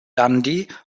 dundee